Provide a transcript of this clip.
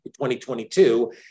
2022